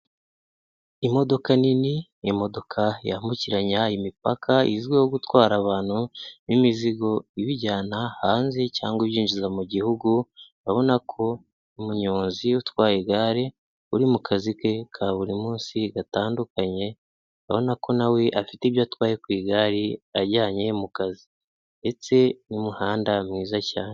Imodoka nini, imodoka yambukiranya imipaka izwiho gutwara abantu b'imizigo ibijyana hanze cyangwa ibyinjizwa mu gihugu, urabona ko umunyonzi utwaye igare uri mu kazi ke ka buri munsi gatandukanye, urabona ko na we afite ibyo atwaye ku igare ajyanye mu kazi. Ndetse n'umuhanda mwiza cyane.